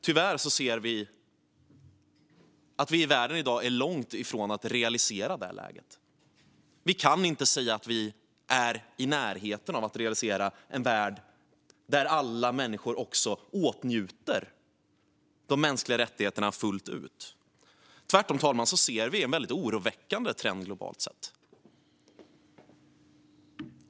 Tyvärr ser vi att vi i dag i världen är långt ifrån att realisera det läget. Vi kan inte säga att vi är i närheten av att realisera en värld där alla människor åtnjuter mänskliga rättigheter fullt ut. Fru talman! Tvärtom ser vi en väldigt oroväckande trend globalt.